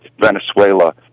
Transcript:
Venezuela